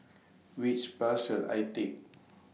Which Bus should I Take